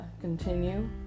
continue